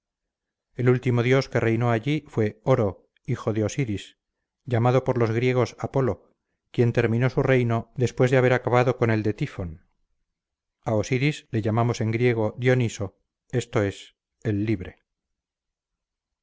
el último dios que reinó allí fue oro hijo de osiris llamado por los griegos apolo quien terminó su reino después de haber acabado con el de tifon a osiris le llamamos en griego dioniso esto es el libre